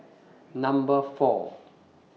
Number four